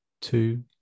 two